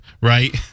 right